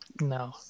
No